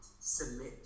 submit